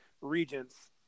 regents